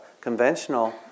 conventional